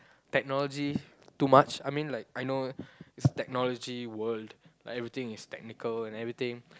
technologies too much I mean like I know it's technology world like everything is technical and everything